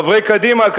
חברי קדימה,